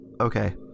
okay